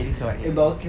it is what it is